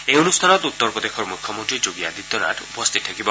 এই অনুষ্ঠানত উত্তৰ প্ৰদেশৰ মুখ্যমন্ত্ৰী যোগী আদিত্যনাথ উপস্থিত থাকিব